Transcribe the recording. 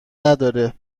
نداره